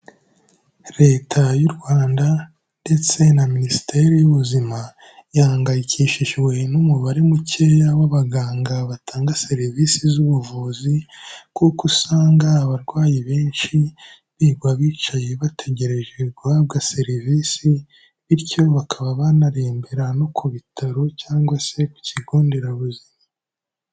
Leta y'u Rwanda ndetse na minisiteri y'ubuzima ihangayikishijwe n'umubare mukeya w'abaganga batanga serivisi z'ubuvuzi, kuko usanga abarwayi benshi birirwa bicaye bategereje guhabwa serivisi, bityo bakaba banarembera no ku bitaro cyangwa se ku kigo nderabuzima.